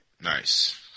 Nice